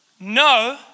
No